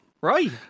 Right